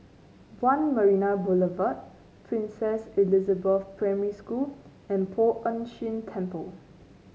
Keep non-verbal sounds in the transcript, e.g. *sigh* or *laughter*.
One Marina Boulevard Princess Elizabeth Primary School *noise* and Poh Ern Shih Temple